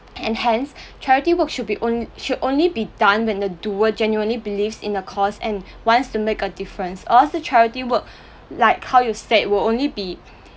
and hence charity work should be only should only be done when the doer genuinely believes in a cause and wants to make a difference or else the charity work like how you said would only be